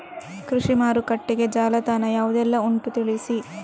ಕೃಷಿ ಮಾರುಕಟ್ಟೆಗೆ ಜಾಲತಾಣ ಯಾವುದೆಲ್ಲ ಉಂಟು ತಿಳಿಸಿ